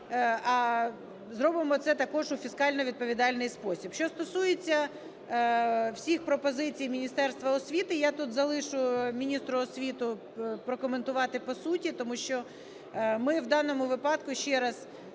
а зробимо це також у фіскально відповідальний спосіб. Що стосується всіх пропозицій Міністерства освіти, я тут залишу міністру освіти прокоментувати по суті, тому що ми в даному випадку ще раз